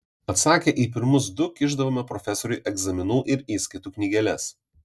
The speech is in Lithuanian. atsakę į pirmus du kišdavome profesoriui egzaminų ir įskaitų knygeles